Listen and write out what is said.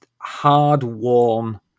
hard-worn